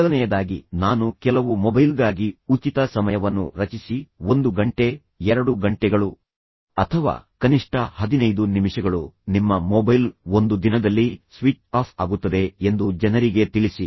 ಮೊದಲನೆಯದಾಗಿ ನಾನು ಕೆಲವು ಮೊಬೈಲ್ಗಾಗಿ ಉಚಿತ ಸಮಯವನ್ನು ರಚಿಸಿ 1 ಗಂಟೆ 2 ಗಂಟೆಗಳು ಅಥವಾ ಕನಿಷ್ಠ 15 ನಿಮಿಷಗಳು ನಿಮ್ಮ ಮೊಬೈಲ್ ಒಂದು ದಿನದಲ್ಲಿ ಸ್ವಿಚ್ ಆಫ್ ಆಗುತ್ತದೆ ಎಂದು ಜನರಿಗೆ ತಿಳಿಸಿ